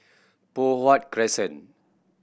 Poh Huat Crescent